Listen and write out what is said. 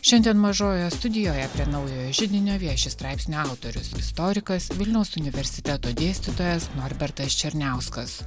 šiandien mažojoje studijoje prie naujojo židinio vieši straipsnio autorius istorikas vilniaus universiteto dėstytojas norbertas černiauskas